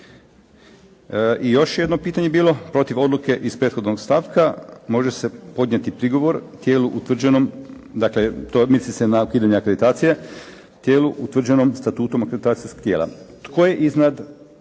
I još je jedno pitanje bilo. Protiv odluke iz prethodnog stavka može se podnijeti prigovor tijelu utvrđenom, dakle to misli se na ukidanje akreditacije, tijelu utvrđenom statutom akreditacijskog tijela. Tko je je iznad